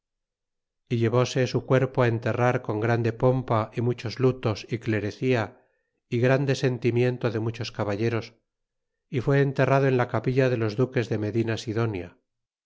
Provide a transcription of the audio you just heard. y ilevese su cuerpo enterrar con grande pompa y rnuu ches lutos y clerecía y grande sentimiento dd muchos caballeros y fué enterrado en la capilla de los duques de medina sidonia